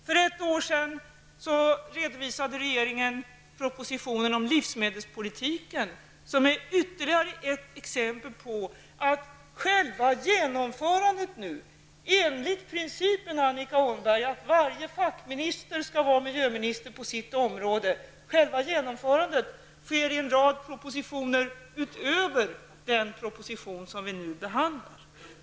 För ett år sedan redovisade regeringen propositionen om livsmedelspolitiken, som är ytterligare ett exempel på att själva genomförandet -- enligt principen att varje fackminister, Annika Åhnberg, skall vara miljöminister på sitt område -- sker i en rad propositioner utöver den proposition som vi nu behandlar.